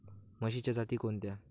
म्हशीच्या जाती कोणत्या?